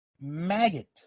Maggot